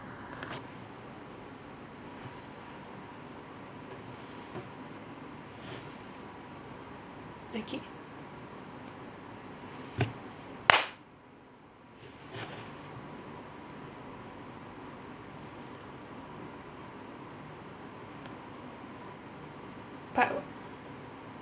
okay part